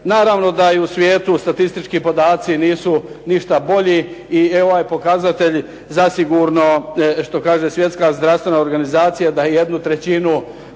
Naravno da i u svijetu statistički podaci nisu ništa bolji, i ovaj pokazatelj zasigurno što kaže Svjetska zdravstvena organizacija da je moguće